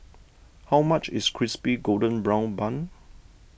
how much is Crispy Golden Brown Bun